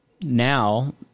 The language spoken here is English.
now